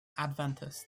adventist